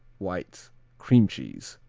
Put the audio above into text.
white cream cheese.